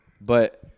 but-